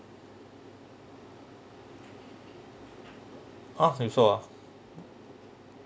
ah you sure ah